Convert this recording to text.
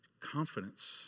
confidence